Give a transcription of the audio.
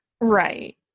Right